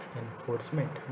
enforcement